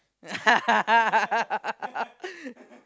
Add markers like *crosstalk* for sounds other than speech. *laughs*